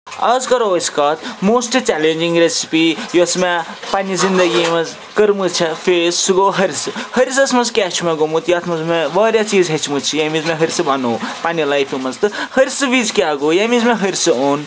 اَز کَرو أسۍ کَتھ موسٹہٕ چلیٚنجِنٛگ ریسِپی یۄس مےٚ پنٕنہِ زنٛدگی منٛز کٔرمٕژ چھےٚ فیس سُہ گوٚو ہرسہٕ ہرِسَس منٛز کیٛاہ چھُ مےٚ گوٚمُت یَتھ منٛز مےٚ واریاہ چیٖز ہیٚچھمٕژ چھِ ییٚمہِ وِز مےٚ ہرسہٕ بنوو پَنٕنہِ لایفہِ منٛز تہٕ ہرسہٕ وِز کیٛاہ گوٚو ییٚمہِ وِزِ مےٚ ہرسہٕ اوٚن